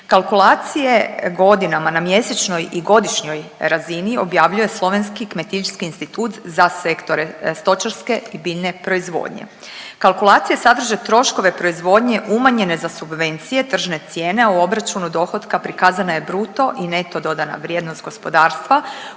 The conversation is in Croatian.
Kalkulacije godinama na mjesečnoj i godišnjoj razini objavljuje slovenski Kmetijski institut za sektore stočarske i biljne proizvodnje. Kalkulacije sadrže troškove proizvodnje umanjene za subvencije, tržne cijene, a u obračunu dohotka prikazana je bruto i neto dodana vrijednost gospodarstva